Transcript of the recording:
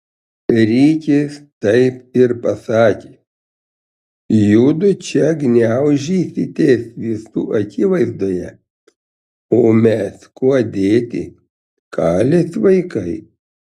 rikis taip ir pasakė judu čia gniaužysitės visų akivaizdoje o mes kuo dėti kalės vaikai